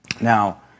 now